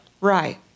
Right